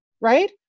Right